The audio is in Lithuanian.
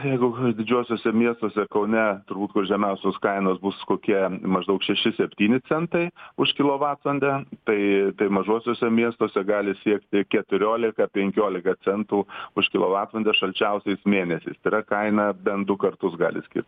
jeigu didžiuosiuose miestuose kaune turbūt kur žemiausios kainos bus kokie maždaug šeši septyni centai už kilovatvalandę tai tai mažuosiuose miestuose gali siekti keturiolika penkiolika centų už kilovatvalandę šalčiausiais mėnesiais tai yra kaina bent du kartus gali skirtis